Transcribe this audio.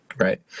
right